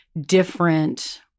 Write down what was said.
different